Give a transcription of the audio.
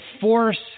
force